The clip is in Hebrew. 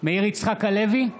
מאיר יצחק הלוי,